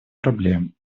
проблем